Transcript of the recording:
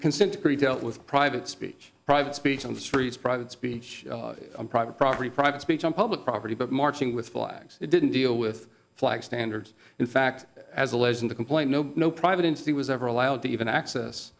consent decree dealt with private speech private speech on the streets private speech on private property private speech on public property but marching with flags it didn't deal with flag standards in fact as alleged in the complaint no no private entity was ever allowed to even access